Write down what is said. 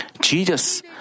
Jesus